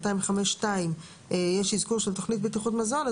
ו-205(2) אזכור של תוכנית בטיחות מזון,